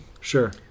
Sure